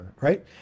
right